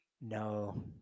No